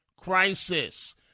crisis